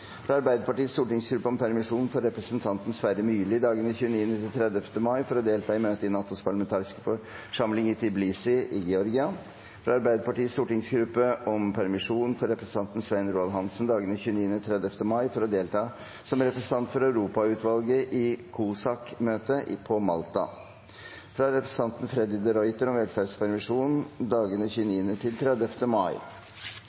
fra Arbeiderpartiets stortingsgruppe om permisjon for representanten Sverre Myrli i dagene 29. og 30. mai for å delta i møte i NATOs parlamentariske forsamling i Tbilisi i Georgia fra Arbeiderpartiets stortingsgruppe om permisjon for representanten Svein Roald Hansen i dagene 29. og 30. mai for å delta som representant for Europautvalget i COSAC-møte på Malta fra representanten Freddy de Ruiter om velferdspermisjon i dagene